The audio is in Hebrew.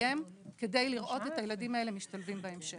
שמסיים כדי לראות את הילדים האלה משתלבים בהמשך.